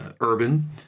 urban